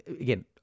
again